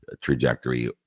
trajectory